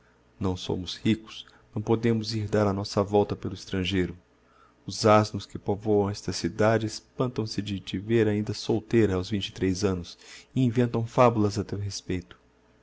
não somos ricos não podemos ir dar a nossa volta pelo estrangeiro os asnos que povoam esta cidade espantam se de te ver ainda solteira aos vinte e três annos e inventam fabulas a tal respeito